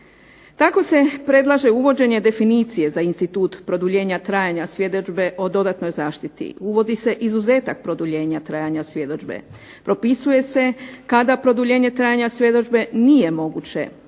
Tako se predlaže uvođenje definicije za institut produljenja trajanja svjedodžbe o dodatnoj zaštiti, uvodi se izuzetak produljenja trajanja svjedodžbe, propisuje se kada produljenje trajanja svjedodžbe nije moguće,